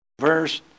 Verse